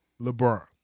LeBron